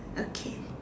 okay